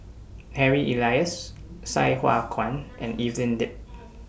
Harry Elias Sai Hua Kuan and Evelyn Lip